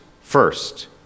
first